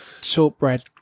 Shortbread